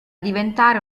diventare